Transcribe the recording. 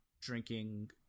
drinking